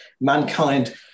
mankind